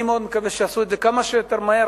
אני מאוד מקווה שיעשו את זה כמה שיותר מהר.